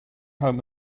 home